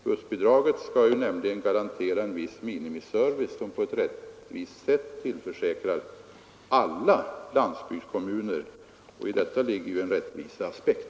Bussbidraget skall nämligen garantera en viss minimiservice som tillförsäkras alla landsbygdskommuner, och i detta ligger en rättviseaspekt.